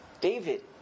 David